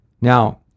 Now